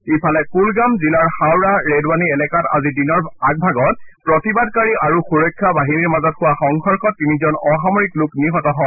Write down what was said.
ইফালে কুলগাম জিলাৰ হাওৰা ৰেদৱানি এলেকাত আজি দিনৰ আগভাগত প্ৰতিবাদকাৰী আৰু সুৰক্ষা বাহিনীৰ মাজত হোৱা সংঘৰ্ষত তিনিজন অসামৰিক লোক নিহত হয়